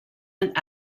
and